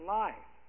life